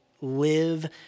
live